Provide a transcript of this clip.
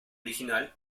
original